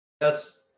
Yes